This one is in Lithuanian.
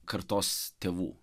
kartos tėvų